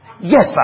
Yes